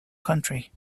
country